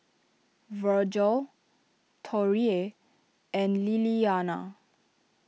Virgel Torrie and Lillianna